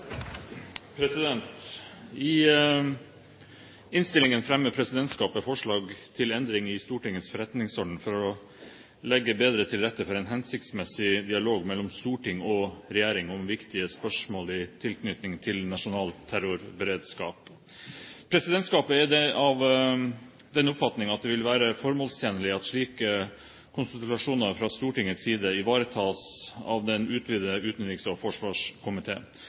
sete. I innstillingen fremmer presidentskapet forslag til endring i Stortingets forretningsorden for å legge bedre til rette for en hensiktsmessig dialog mellom storting og regjering om viktige spørsmål i tilknytning til nasjonal terrorberedskap. Presidentskapet er av den oppfatning at det vil være formålstjenlig at slike konsultasjoner fra Stortingets side ivaretas av den utvidede utenriks- og